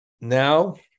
Now